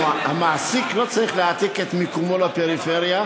המעסיק לא צריך להעתיק את מיקומו לפריפריה,